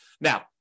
Now